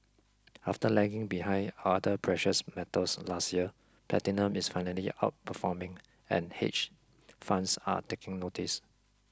after lagging behind other precious metals last year platinum is finally outperforming and hedge funds are taking notice